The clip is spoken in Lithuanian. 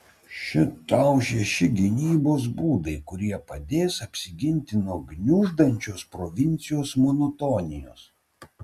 šit tau šeši gynybos būdai kurie padės apsiginti nuo gniuždančios provincijos monotonijos